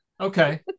Okay